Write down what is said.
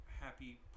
happy